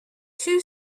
two